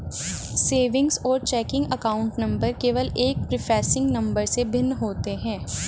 savings और checking account number केवल एक प्रीफेसिंग नंबर से भिन्न होते हैं